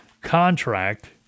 contract